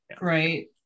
right